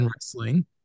wrestling